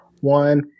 one